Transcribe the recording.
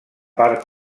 part